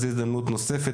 זאת הזדמנות נוספת,